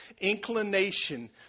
inclination